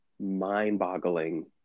mind-boggling